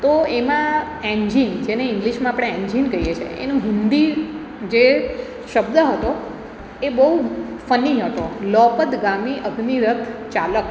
તો એમાં એન્જિન જેને ઇંગ્લિશમાં આપણે એન્જિન કહીએ છીએ એનું હિન્દી જે શબ્દ હતો એ બહુ ફની હતો લોપદગામી અગ્નિરથ ચાલક